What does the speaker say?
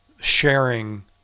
sharing